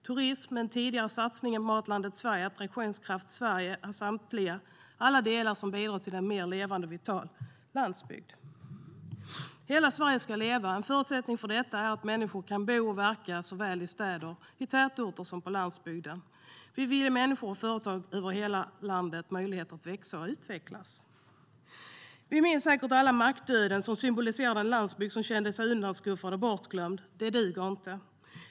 Turism, den tidigare satsningen på Matlandet Sverige och Attraktionskraft Sverige är alla delar som bidrar till en mer levande och vital landsbygd. Hela Sverige ska leva. En förutsättning för detta är att människor kan bo och verka såväl i städer och i tätorter som på landsbygden. Vi vill ge människor och företag över hela landet möjligheter att växa och utvecklas. Vi minns säkert alla "mackdöden" som symboliserade en landsbygd som kände sig undanskuffad och bortglömd. Det duger inte.